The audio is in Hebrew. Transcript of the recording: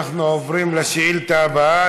אנחנו עוברים לשאילתה הבאה,